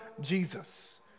Jesus